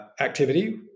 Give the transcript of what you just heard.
activity